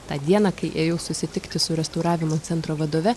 tą dieną kai ėjau susitikti su restauravimo centro vadove